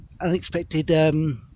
unexpected